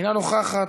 אינה נוכחת,